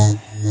!hais!